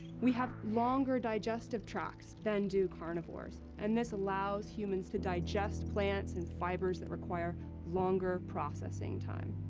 we have longer digestive tracts than do carnivores, and this allows humans to digest plants and fibers that require longer processing time.